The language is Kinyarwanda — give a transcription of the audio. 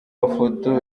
mafoto